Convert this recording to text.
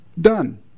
done